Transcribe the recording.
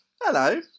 Hello